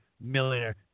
millionaire